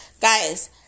Guys